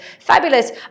Fabulous